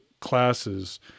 classes